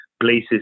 places